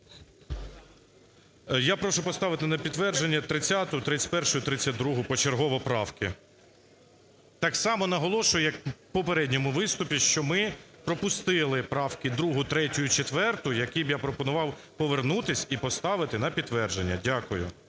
Я прошу поставити на підтвердження 30-у, 31-у і 32-у почергово правки. Так само наголошую, як у попередньому виступі, що ми пропустили правки 2-у, 3-ю і 4-у, які б я пропонував повернутися і поставити на підтвердження. Дякую.